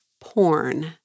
porn